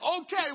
okay